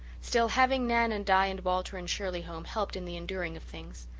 still, having nan and di and walter and shirley home helped in the enduring of things.